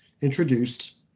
introduced